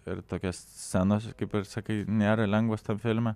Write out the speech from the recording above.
ir tokios scenos kaip ir sakai nėra lengvos tam filme